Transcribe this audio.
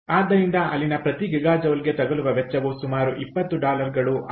ಆದ್ದರಿಂದ ಅಲ್ಲಿನ ಪ್ರತಿ ಗಿಗಾಜೌಲ್ಗೆ ತಗಲುವ ವೆಚ್ಚವು ಸುಮಾರು 20 ಡಾಲರ್ಗಳು ಆಗಿದೆ